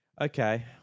Okay